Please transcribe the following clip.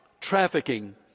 trafficking